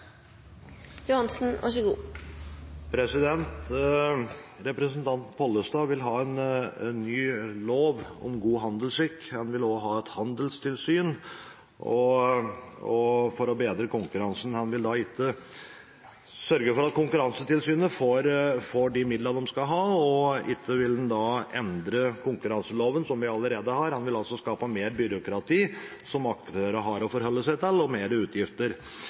noen ting, så er det innen dagligvarebransjen. Der er det behov for å ta grep. Vi har lagt fram et forslag i dag, og det håper jeg Høyre vil støtte når vi kommer til stemmegivningen. Representanten Pollestad vil ha en lov om god handelsskikk, og han vil også ha et handelstilsyn for å bedre konkurransen. Han vil ikke sørge for at Konkurransetilsynet får de midlene de skal ha, og ikke vil han endre konkurranseloven som vi allerede har, han